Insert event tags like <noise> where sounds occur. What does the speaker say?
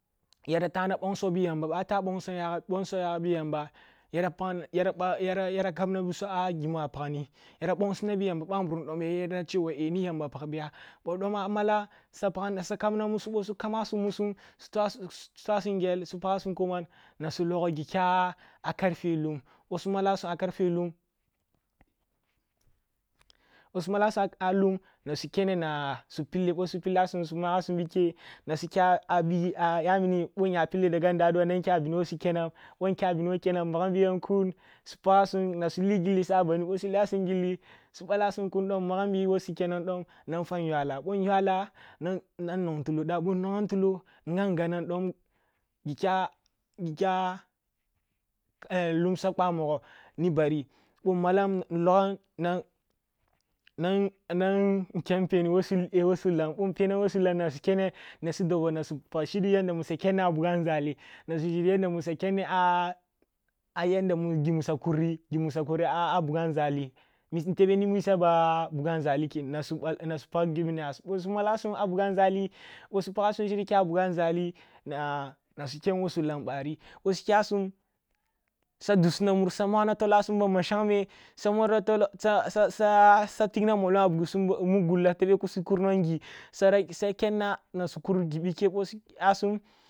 Yara tahna bongso bi yamba, bwa a ta bonso, bongso yaga bi ya mba yara <unintelligible> yara kamna musu a gimu a pagni, ya bongsinabi yamba ъamburum dom ya yerra chewa ni ya mba pagbiya, ъo dom a mala sa kamna musu ъo su kamasu usu <unintelligible> su tua sum ngel su pagasum koman, na su logo gi kya a karfe lumbo sumala sum a karfe lum bo su mala sum a lum nasu kene na su pille ъo su pillah sum su nuasum bike, na su kya a <unintelligible> yamini ъo nya pille daga nda adua na nya kya bini wo su kenam ъo nkyam a bini wo kennain, ъo nkyam a bini wo nmagam bi ya kun su paga sum na su legilli sa a bandi, bo suliasum gilli su balasum kun nmagam bi wo kenam dom nan yua lah, ъo’inyyam a lan nan nan nwongtulo dah, ъo nwang tulo, nghang ganam dom gi kya lumsa kwa mogwo ni bari, bo nmalam, nlogam nan, nan kyen peni wo su lam ъo npenam wo su lam, na su kene na su dobo na sup ag shiri yanda suya kyenni a buga nȝali, na su shiryi yanda mu suya kenni a <hesitation> a yanda mu gumu suya kuri a buga nȝali, tebe ni misa ba buga nȝali ken an <unintelligible> bas u malasum a buga’nȝali, bo bap aga sum shiri kya buga’ nȝali na su kyen wo su lam bari bo su kyasum sa magna tola sum ba mashangmeh samurra <hesitation> sa tigna mollong a bugasum mu gulla tebe kusu kur nwon gi, sa kenna na su kur gi bike